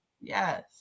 Yes